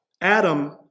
Adam